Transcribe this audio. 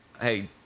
hey